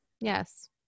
Yes